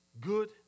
good